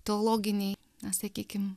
teologiniai na sakykim